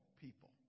people